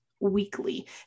weekly